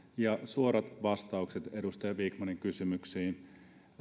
ja suorat vastaukset edustaja vikmanin kysymyksiin